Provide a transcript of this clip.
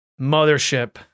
mothership